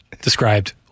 described